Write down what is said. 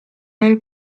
nel